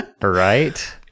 right